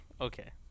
okay